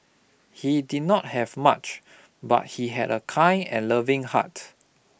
he did not have much but he had a kind and loving heart